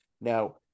Now